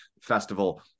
Festival